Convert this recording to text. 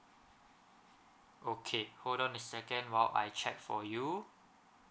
okay hold on a second while I check for you